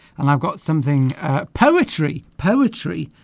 and i've got something poetry poetry